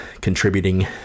contributing